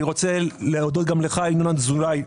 אני רוצה להודות גם לך, ינון אזולאי,